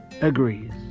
agrees